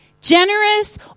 Generous